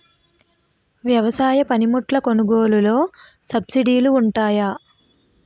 వ్యవసాయ పనిముట్లు కొనుగోలు లొ సబ్సిడీ లు వుంటాయా?